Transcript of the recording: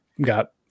got